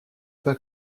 pas